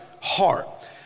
heart